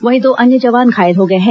वहीं दो अन्य जवान घायल हो गए हैं